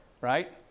right